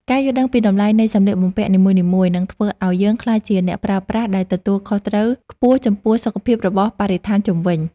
ការយល់ដឹងពីតម្លៃនៃសម្លៀកបំពាក់នីមួយៗ នឹងធ្វើឱ្យយើងក្លាយជាអ្នកប្រើប្រាស់ដែលទទួលខុសត្រូវខ្ពស់ចំពោះសុខភាពរបស់បរិស្ថានជុំវិញ។